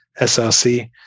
SRC